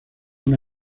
una